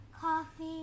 coffee